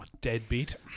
Deadbeat